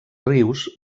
rius